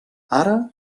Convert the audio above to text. ara